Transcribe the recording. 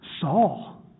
Saul